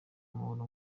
umuhoro